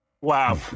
Wow